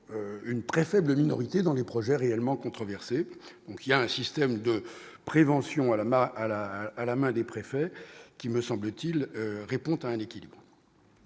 une très faible minorité dans les projets réellement controversé, donc il y a un système de prévention à la à la à la main des préfets qui me semble-t-il, répond indiquent-ils